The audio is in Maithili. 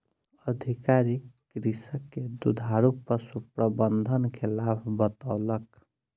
अधिकारी कृषक के दुधारू पशु प्रबंधन के लाभ बतौलक